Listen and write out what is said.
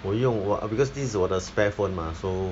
我用我 because this is 我的 spare phone mah so